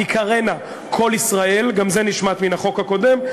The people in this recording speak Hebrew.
תיקראנה "קול ישראל" גם זה נשמט מן החוק הקודם,